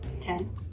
Ten